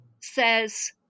says